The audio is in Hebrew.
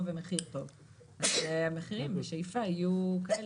ופירוט כלל החיובים והזיכויים בחשבון.